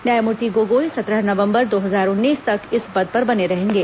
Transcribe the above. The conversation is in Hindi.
न्यायमूर्ति गोगोई सत्रह नवम्बर दो हजार उन्नीस तक इस पद पर बने रहेंगे